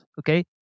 okay